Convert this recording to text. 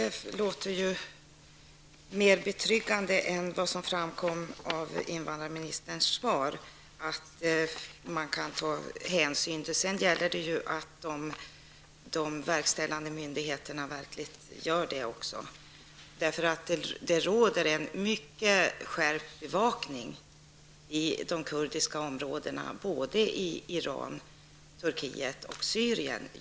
Herr talman! Detta lät mer betryggande än det som framkom av invandrarministerns svar. Sedan gäller det att de verkställande myndigheterna verkligen tar hänsyn. Det råder just nu en mycket skärpt bevakning i de kurdiska områdena, såväl i Iran och i Turkiet som i Syrien.